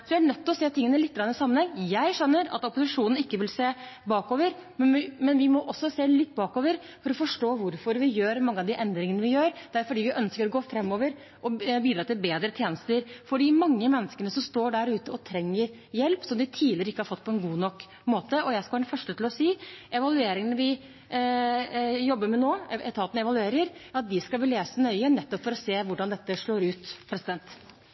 Vi er nødt til å se tingene lite grann i sammenheng. Jeg skjønner at opposisjonen ikke vil se bakover, men vi må også se litt bakover for å forstå hvorfor vi gjør mange av de endringene vi gjør. Det er fordi vi ønsker å gå framover, bidra til bedre tjenester for de mange menneskene som står der ute og trenger hjelp, som de tidligere ikke har fått på en god nok måte. Jeg skal være den første til å si at de evalueringene vi jobber med nå – etaten evaluerer – skal vi lese nøye, nettopp for å se hvordan dette slår ut.